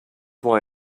why